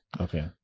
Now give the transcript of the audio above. okay